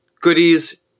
goodies